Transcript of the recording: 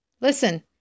Listen